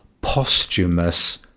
posthumous